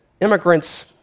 immigrants